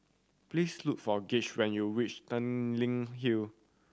please look for Gauge when you reach Tanglin Hill